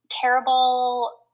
terrible